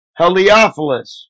Heliophilus